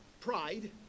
pride